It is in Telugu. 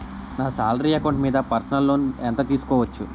నా సాలరీ అకౌంట్ మీద పర్సనల్ లోన్ ఎంత తీసుకోవచ్చు?